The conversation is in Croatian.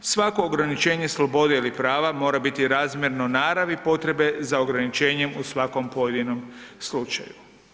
Svako ograničenje slobode ili prava mora biti razmjerno naravni potrebe za ograničenjem u svakom pojedinom slučaju.